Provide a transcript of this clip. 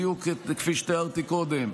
בדיוק כפי שתיארתי קודם,